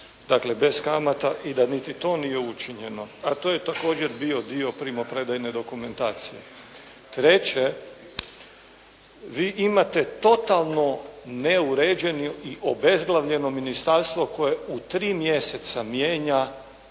dakle bez kamata i da niti to nije učinjeno, a to je također bio dio primopredajne dokumentacije. Treće, vi imate totalno neuređeno i obezglavljeno ministarstvo koje u 3 mjeseca mijenja